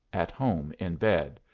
at home in bed.